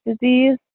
disease